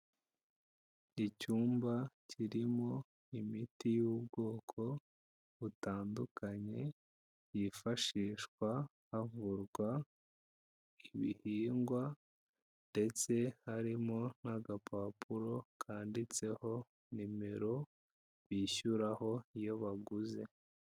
Icyumba kirimo imiti y'ubwoko butandukanye yifashishwa havurwa ibihingwa ndetse harimo n'agapapuro kanditseho nimero bishyuraho iyo baguze.